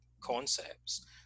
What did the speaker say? concepts